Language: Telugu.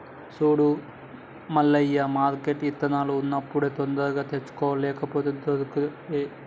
సూడు మల్లయ్య మార్కెట్ల ఇత్తనాలు ఉన్నప్పుడే తొందరగా తెచ్చుకో లేపోతే దొరకై